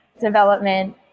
development